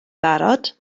barod